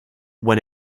when